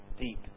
deep